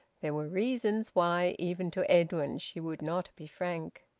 there were reasons why even to edwin she would not be frank.